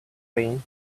pain